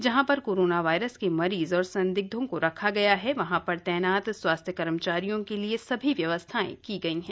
जहां पर corona virus के मरीज और संदिग्धों को रखा गया है वहां पर तैनात स्वास्थ्य कर्मचारियों के लिए सभी व्यवस्थाएं की गई हैं